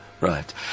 right